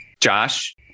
Josh